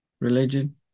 religion